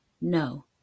no